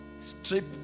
strip